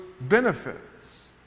benefits